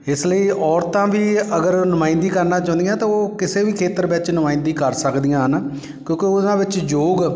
ਇਸ ਲਈ ਔਰਤਾਂ ਵੀ ਅਗਰ ਨੁਮਾਇੰਦਗੀ ਕਰਨਾ ਚਾਹੁੰਦੀਆਂ ਤਾਂ ਉਹ ਕਿਸੇ ਵੀ ਖੇਤਰ ਵਿੱਚ ਨੁਮਾਇੰਦਗੀ ਕਰ ਸਕਦੀਆਂ ਹਨ ਕਿਉਂਕਿ ਉਹਨਾਂ ਵਿੱਚ ਯੋਗ